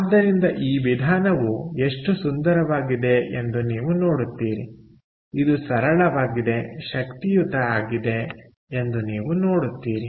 ಆದ್ದರಿಂದ ಈ ವಿಧಾನವು ಎಷ್ಟು ಸುಂದರವಾಗಿದೆ ಎಂದು ನೀವು ನೋಡುತ್ತೀರಿ ಇದು ಸರಳವಾಗಿದೆ ಶಕ್ತಿಯುತ ಆಗಿದೆ ಎಂದು ನೀವು ನೋಡುತ್ತೀರಿ